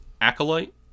Acolyte